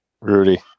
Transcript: Rudy